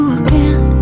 again